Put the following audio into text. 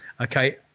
okay